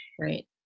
Right